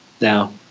Now